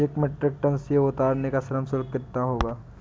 एक metric ton सेव उतारने का श्रम शुल्क कितना होगा?